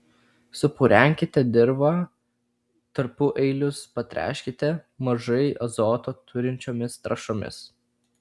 supurenkite dirvą tarpueilius patręškite mažai azoto turinčiomis trąšomis